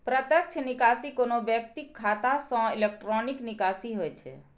प्रत्यक्ष निकासी कोनो व्यक्तिक खाता सं इलेक्ट्रॉनिक निकासी होइ छै